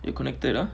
you connected lah